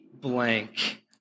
blank